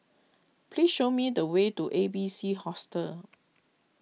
please show me the way to A B C Hostel